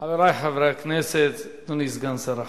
חברי חברי הכנסת, אדוני סגן שר החוץ,